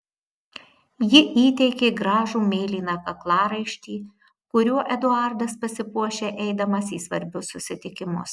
ji įteikė gražų mėlyną kaklaraištį kuriuo eduardas pasipuošia eidamas į svarbius susitikimus